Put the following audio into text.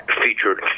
featured